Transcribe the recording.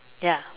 ya